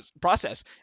process